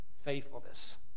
faithfulness